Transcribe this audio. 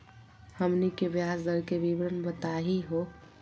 हमनी के ब्याज दर के विवरण बताही हो?